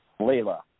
Layla